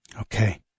Okay